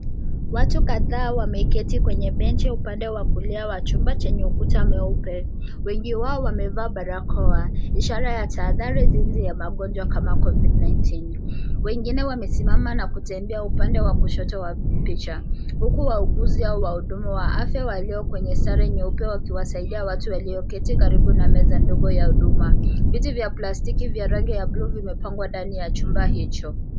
Watu kadhaa wameketi kwenye benchi upande wa kulia wa chumba chenye ukuta mweupe. Wengi wao wamevaa barakoa ishara ya tahadhari dhidi ya magonjwa kama covid-19 . Wengine wamesimama na kutembea upande wa kushoto wa picha huku wauguzi au wahudumu wa afya walio kwenye sare nyeupe wakiwasaidia watu walioketi karibu na meza ndogo ya huduma. Viti vya plastiki vya rangi ya bluu vimepangwa ndani ya chumba hicho.